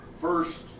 first